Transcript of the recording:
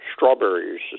Strawberries